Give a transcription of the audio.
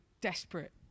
desperate